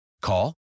Call